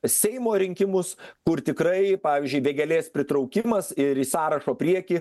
seimo rinkimus kur tikrai pavyzdžiui vėgėlės pritraukimas ir į sąrašo priekį